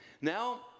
Now